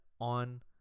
on